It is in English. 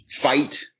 fight